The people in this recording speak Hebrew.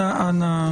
אנא,